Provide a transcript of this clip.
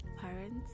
Parents